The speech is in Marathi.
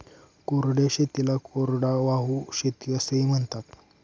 कोरड्या शेतीला कोरडवाहू शेती असेही म्हणतात